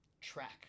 track